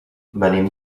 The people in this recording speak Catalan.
venim